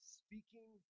speaking